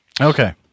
Okay